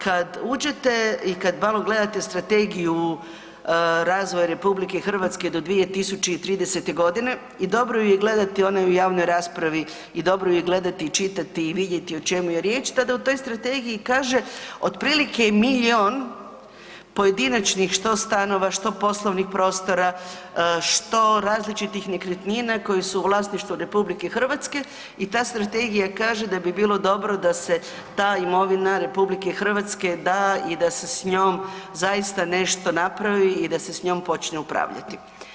Kad uđete i kad malo gledate strategiju razvoja RH do 2030. g. i dobro ju je gledati, ona je u javnoj raspravi i dobro ju je gledati i čitati i vidjeti o čemu je riječ, tada u toj strategiji kaže, otprilike je milijun pojedinačnih, što stanova, što poslovnih prostora, što različitih nekretnina koje su u vlasništvu RH i ta strategija kaže da bi bilo dobro da se ta imovine RH da i da se s njom zaista nešto napravi i da se s njom počne upravljati.